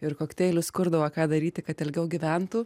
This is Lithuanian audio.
ir kokteilius kurdavo ką daryti kad ilgiau gyventų